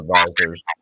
advisors